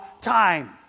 time